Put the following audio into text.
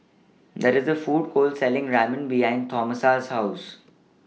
There IS A Food Court Selling Ramen behind Tomasa's House